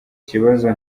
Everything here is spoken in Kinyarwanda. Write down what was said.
ikibazo